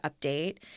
update